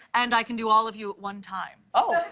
and i can do all of you at one time. oh.